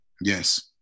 Yes